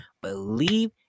believe